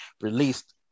released